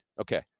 Okay